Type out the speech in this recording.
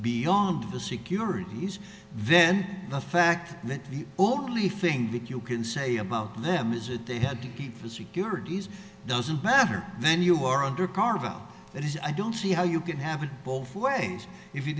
beyond the securities then the fact that the only thing that you can say about them is that they had to be for security doesn't matter then you are under karva that is i don't see how you could have it both ways if you